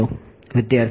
વિદ્યાર્થી